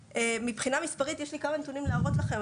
מבחינה מספרית יש לי כמה נתונים להראות לכם,